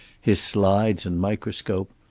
his slides and microscope.